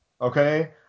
okay